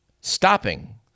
stopping